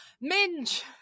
minge